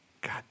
God